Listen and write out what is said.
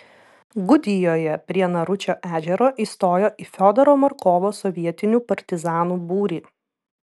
gudijoje prie naručio ežero įstojo į fiodoro markovo sovietinių partizanų būrį